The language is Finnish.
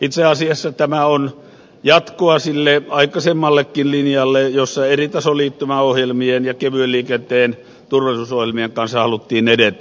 itse asiassa tämä on jatkoa sille aikaisemmallekin linjalle jossa eritasoliittymäohjelmien ja kevyen liikenteen turvallisuusohjelmien kanssa haluttiin edetä